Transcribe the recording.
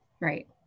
Right